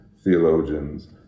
theologians